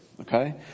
Okay